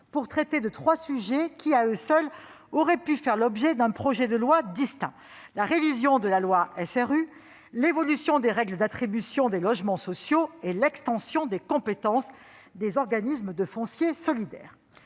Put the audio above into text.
pour traiter de trois sujets, qui, à eux seuls, auraient pu faire l'objet d'un projet de loi distinct : la révision de la loi SRU, l'évolution des règles d'attribution des logements sociaux et l'extension des compétences des organismes de foncier solidaire